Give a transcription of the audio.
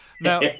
Now